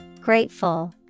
Grateful